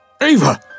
Ava